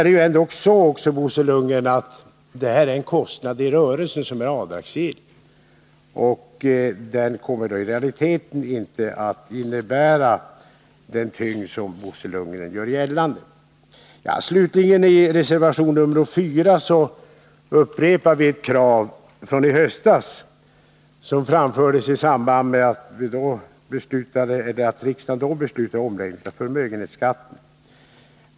Det här är också, Bo Lundgren, en i rörelsen avdragsgill kostnad, och denna kommer alltså i realiteten inte att få den tyngd som Bo Lundgren gör gällande att den skulle få. Slutligen: I reservation 4 vid skatteutskottets betänkande upprepar vi det krav från i höstas som framfördes i samband med att riksdagen fattade beslut om en omläggning av förmögenhetsskatten.